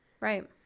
Right